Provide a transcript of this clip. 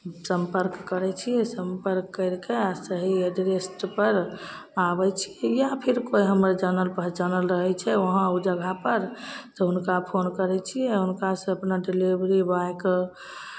सम्पर्क करै छी सम्पर्क करि कऽ सही एड्रेसपर आबै छी या फिर कोइ हमर जानल पहचानल रहै छै वहाँ ओ जगहपर तऽ हुनका फोन करै छियै आ हुनकासँ अपना डिलेभरी ब्वाॅयके